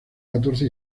catorce